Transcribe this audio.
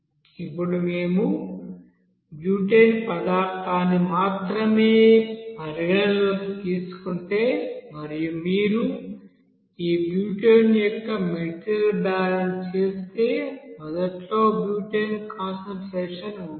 ఇప్పుడు మేము బ్యూటేన్ పదార్థాన్ని మాత్రమే పరిగణనలోకి తీసుకుంటే మరియు మీరు ఈ బ్యూటేన్ యొక్క మెటీరియల్ బ్యాలెన్స్ చేస్తే మొదట్లో బ్యూటేన్ కాన్సంట్రేషన్ ఉంటుంది